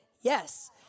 yes